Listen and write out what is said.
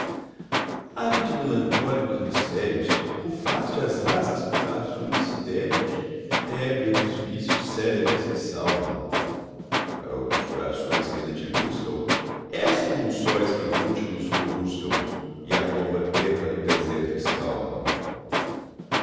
ave de melancólicos mistérios ruflaste as asas por azuis sidérios ébria dos vícios célebres que salvam para alguns corações que ainda te buscam és como os sóis que rútilos coruscam e a torva terra do deserto escalvam